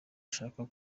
ashaka